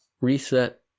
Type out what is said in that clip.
reset